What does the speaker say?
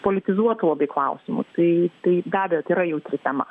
politizuotų labai klausimų tai tai be abejo tai yra jautri tema